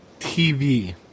TV